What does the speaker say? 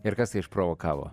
ir kas tai išprovokavo